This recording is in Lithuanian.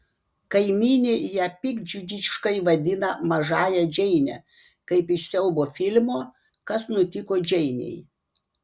kaimynė ją piktdžiugiškai vadina mažąja džeine kaip iš siaubo filmo kas nutiko džeinei